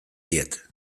diet